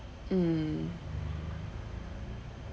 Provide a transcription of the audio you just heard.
um